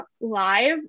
live